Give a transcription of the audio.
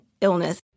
illness